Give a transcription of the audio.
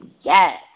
yes